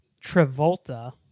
Travolta